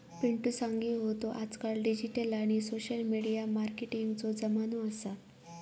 पिंटु सांगी होतो आजकाल डिजिटल आणि सोशल मिडिया मार्केटिंगचो जमानो असा